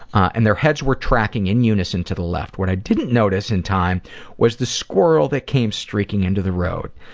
and their heads were tracking in unison to the left, what i didn't notice in time was the squirrel that came streaking into the road.